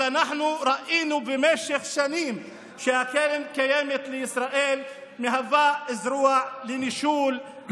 אבל אנחנו ראינו במשך שנים שקרן קיימת לישראל מהווה זרוע לנישול,